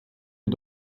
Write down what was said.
est